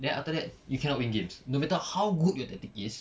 then after that you cannot win games no matter how good your tactic is